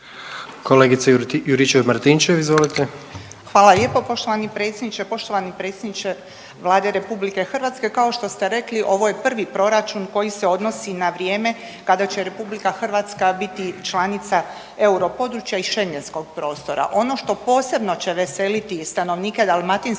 **Juričev-Martinčev, Branka (HDZ)** Hvala lijepo poštovani predsjedniče. Poštovani predsjedniče Vlade Republike Hrvatske kao što ste rekli ovo je prvi proračun koji se odnosi na vrijeme kada će Republika Hrvatska biti članica europodručja i Schengenskog prostora. Ono što posebno će veseliti stanovnike Dalmatinske